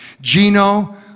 Gino